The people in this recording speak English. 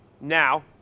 Now